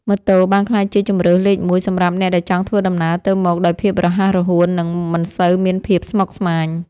ម៉ូតូបានក្លាយជាជម្រើសលេខមួយសម្រាប់អ្នកដែលចង់ធ្វើដំណើរទៅមកដោយភាពរហ័សរហួននិងមិនសូវមានភាពស្មុគស្មាញ។